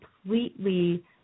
completely